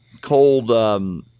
cold